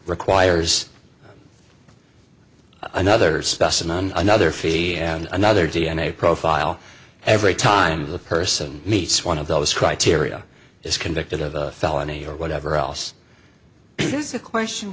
requires another specimen another fee and another d n a profile every time the person meets one of those criteria is convicted of a felony or whatever else is the question